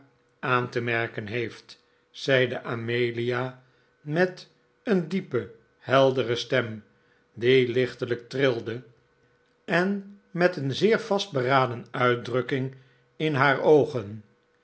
aan te merken heeft zeide amelia met een diepe heldere stem die lichtelijk trilde en met een zeer vastberaden uitdrukking in haar oogen